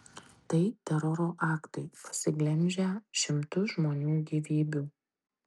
tai teroro aktai pasiglemžę šimtus žmonių gyvybių